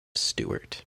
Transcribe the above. stuart